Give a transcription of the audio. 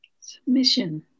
Submission